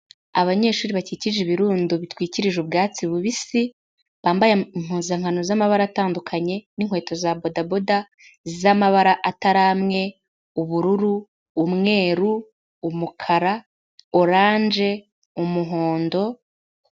Abanyeshuri bakije ibirundo bitwikirije ubwatsi bubisi, bambaye impuzankano z'amabara atandukanye n'inkweto za badaboda z'amabara atari amwe: ubururu, umweru, umukara oranje, umuhondo...